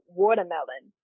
watermelon